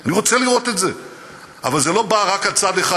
אני רוצה לראות שילוביות.